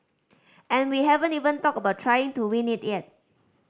and we haven't even talked about trying to win it yet